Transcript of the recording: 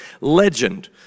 legend